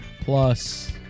plus